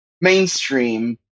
mainstream